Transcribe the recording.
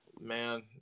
Man